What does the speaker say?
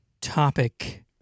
topic